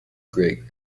great